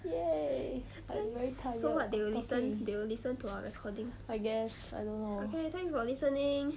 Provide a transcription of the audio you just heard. !yay! I'm very tired of talking I guess I don't know